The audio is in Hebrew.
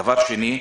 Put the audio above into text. דבר שני,